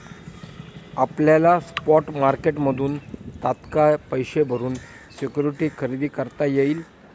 आपल्याला स्पॉट मार्केटमधून तात्काळ पैसे भरून सिक्युरिटी खरेदी करता येईल